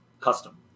custom